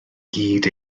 gyd